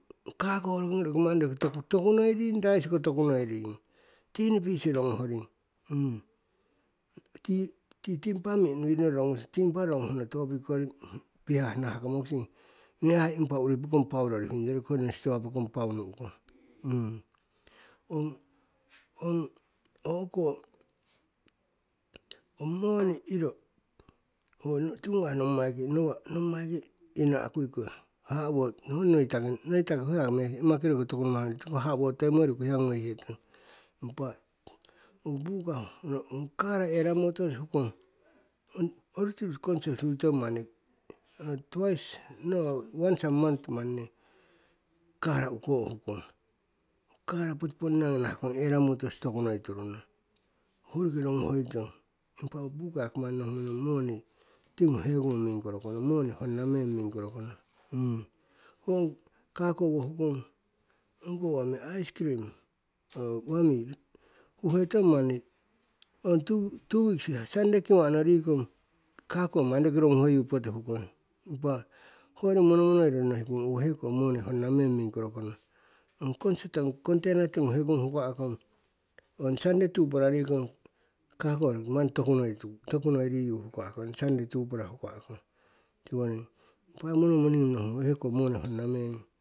Kago ongi mani toku noi ring rice siko mani tokunoi ring, tini pisi ronguhoring ti timpa roronguhno topic kori pihah nahah ko mokusing ne ai impa uri pokong pau rorihung yong impa hoi nong stowa pokong pau nu'kong. Ong o'ko moni iro tiwo ngawah nommai ki haha'wo tokui, mekusing ho imakiroko toku namah ngoihetong haha'wotoimo riku hiya ngoihetong. Impa owo buka ong kara ela motors hukong, ong oru tiru consort huitong, twice or once a month manni kara uko' hukong. Kara poti ponna ki nahakong ela motors toku noi turono ho roki ronguhoitong, impa yaki owo buka manni yaki nohungono moni tinguhekongu mingkoro kono, moni honna meng mingkoro kono. Ho ong kago owo hukong, ong koh uwami ice cream ong uwami huhetong ong two weeks sunday kiwa'no rikong kago mani roki ronguhoyu poti hukong. Impa hoyori monomonoiro nohikung owo heko moni honna meng mingkoro kono, ong consort ong container tingu hekongu huka'kong ong sunday tupara rikong kako tokunoi riyu ong sunday tupara huka'kong. Impa monomo nohungong owo heki moni honna meng.